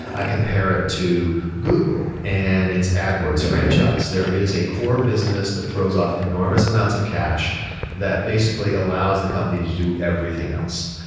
i compare it to google and its adwords franchise. there is a core business that throws off enormous amounts of cash that basically allows the company to do everything else.